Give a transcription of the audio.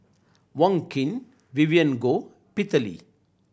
Wong Keen Vivien Goh Peter Lee